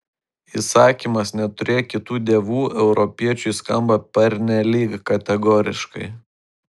įsakymas neturėk kitų dievų europiečiui skamba pernelyg kategoriškai